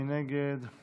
מי נגד?